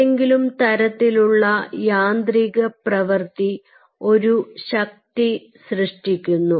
ഏതെങ്കിലും തരത്തിലുള്ള യാന്ത്രിക പ്രവർത്തി ഒരു ശക്തി സൃഷ്ടിക്കുന്നു